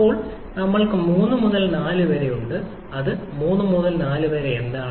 അപ്പോൾ നമ്മൾക്ക് 3 മുതൽ 4 വരെ ഉണ്ട് അത് 3 മുതൽ 4 വരെ എന്താണ്